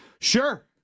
Sure